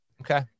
Okay